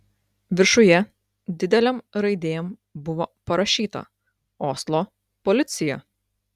viršuje didelėm raidėm buvo parašyta oslo policija